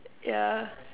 yeah